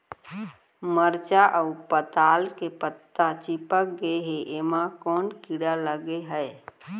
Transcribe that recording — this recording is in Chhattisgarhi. मरचा अऊ पताल के पत्ता चिपक गे हे, एमा कोन कीड़ा लगे है?